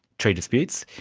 tree disputes,